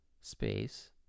space